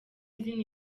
izina